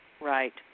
Right